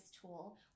tool